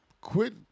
Quit